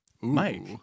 Mike